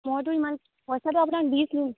মইতো ইমান পইচাটো আপোনাক দিছিলোঁ